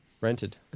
Rented